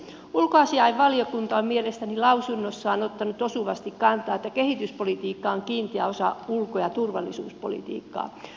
ulkoasiainvaliokunta on mielestäni lausunnossaan ottanut osuvasti kantaa että kehityspolitiikka on kiinteä osa ulko ja turvallisuuspolitiikkaa